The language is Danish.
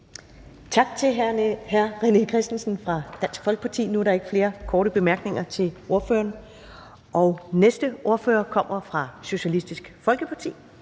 Tak til hr. René Christensen fra Dansk Folkeparti. Der er ikke flere korte bemærkninger til ordføreren. Næste ordfører kommer fra Socialistisk Folkeparti,